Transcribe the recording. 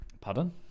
Pardon